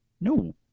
No